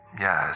Yes